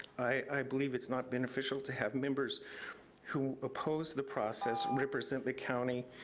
i believe it's not beneficial to have members who oppose the process represent the county.